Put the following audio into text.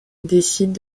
décident